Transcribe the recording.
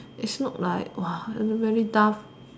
is not like very very tough